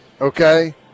okay